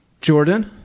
Jordan